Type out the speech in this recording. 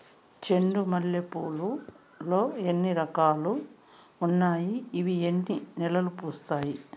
చెండు మల్లె పూలు లో ఎన్ని రకాలు ఉన్నాయి ఇవి ఎన్ని నెలలు పూస్తాయి